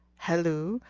halloo!